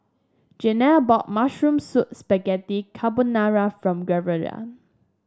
Jeannie bought Mushroom Spaghetti Carbonara for